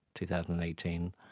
2018